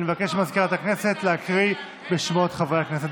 אני אבקש ממזכירת הכנסת להקריא את שמות חברי הכנסת.